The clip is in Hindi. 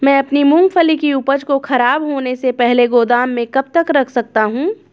मैं अपनी मूँगफली की उपज को ख़राब होने से पहले गोदाम में कब तक रख सकता हूँ?